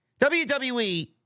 WWE